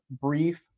brief